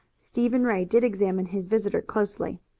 stephen ray did examine his visitor closely.